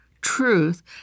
truth